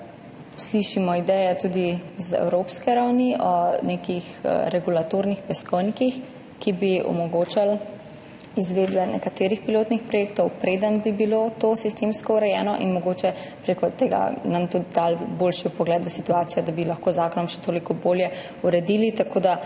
slišimo ideje tudi z evropske ravni o nekih regulatornih peskovnikih, ki bi omogočali izvedbe nekaterih pilotnih projektov, preden bi bilo to sistemsko urejeno, in bi nam mogoče prek tega dali boljši vpogled v situacijo, da bi lahko z zakonom še toliko bolje uredili. Mi